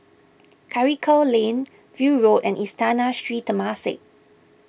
Karikal Lane View Road and Istana and Sri Temasek